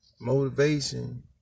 motivation